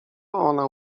ona